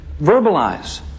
verbalize